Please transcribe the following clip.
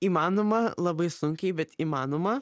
įmanoma labai sunkiai bet įmanoma